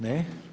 Ne.